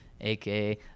aka